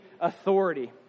authority